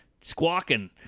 squawking